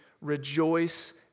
rejoice